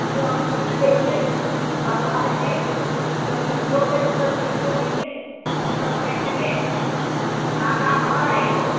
थोड़ा थोड़ा करके दस बीस ठो दीजिए दस बीस ठो वह दीजिए सब पैक करिए हाँ क्या भाव लगाई हो